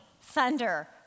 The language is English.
thunder